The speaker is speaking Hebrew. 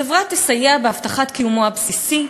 החברה תסייע בהבטחת קיומו הבסיסי,